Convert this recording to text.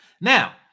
Now